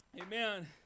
Amen